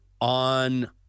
on